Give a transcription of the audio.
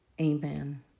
Amen